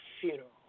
funeral